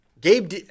Gabe